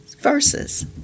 verses